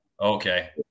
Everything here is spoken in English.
Okay